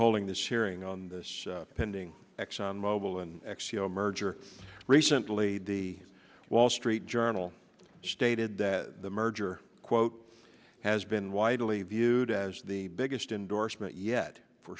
holding this hearing on this pending exxon mobil and x e o merger recently the wall street journal stated that the merger quote has been widely viewed as the biggest endorsement yet for